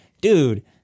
dude